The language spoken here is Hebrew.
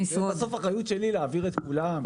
זאת אחריות שלי להעביר את כולם.